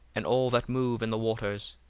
and all that move in the waters,